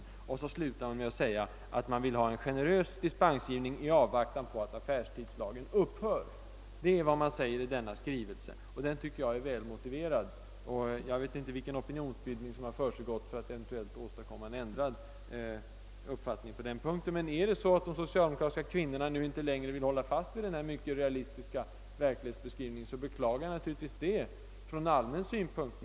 Skrivelsen avslutas med att man vill ha en generös dispensgivning i avvaktan på att affärstidslagen upphör att gälla. Detta är alltså vad som sägs i skrivelsen, och jag tycker att den är välmotiverad. Jag vet inte vilken opinionsbildning det är som har försiggått för att eventuellt åstadkomma en ändrad uppfattning på denna punkt. Men om det är så att de socialdemokratiska kvinnorna inte längre vill hålla fast vid denna mycket realistiska verklighetsbeskrivning, beklagar jag det naturligtvis från allmän synpunkt.